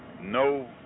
no